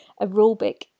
aerobic